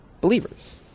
believers